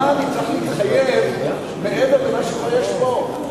למה אני צריך להתחייב מעבר למה שיש פה?